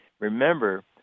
Remember